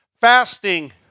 Fasting